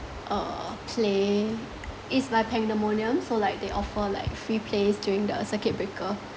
uh play it's by pangdemonium so like they offer like free plays during the circuit breaker